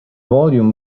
volume